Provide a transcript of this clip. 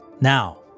Now